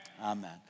Amen